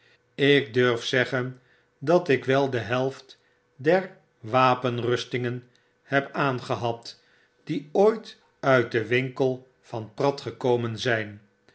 ik durf zeggen dat ik wel de helft der wapenrustingenhebaangehad dieooit uit den winkel van pratt gekomen zyn